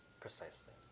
Precisely